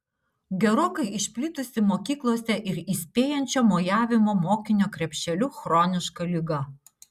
gerokai išplitusi mokyklose ir įspėjančio mojavimo mokinio krepšeliu chroniška liga